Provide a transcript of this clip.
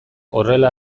horrela